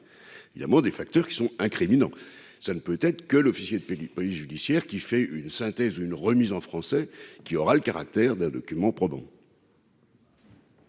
pénale il des facteurs qui sont incriminant ça ne peut être que l'officier de police police judiciaire qui fait une synthèse, une remise en français qui aura le caractère d'un document probant.